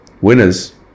Winners